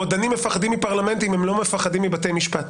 רודנים מפחדים מפרלמנטים, הם לא מפחדים מבתי משפט.